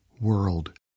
world